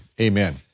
Amen